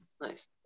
Nice